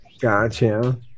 gotcha